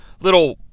little